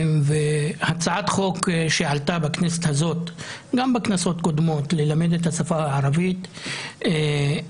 הצעת חוק שעלתה בכנסת הזו ובכנסות קודמות ללמד את השפה הערבית נפלה.